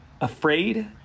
afraid